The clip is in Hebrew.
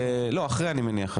לא, אחרי אני מניח.